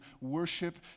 worship